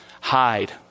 Hide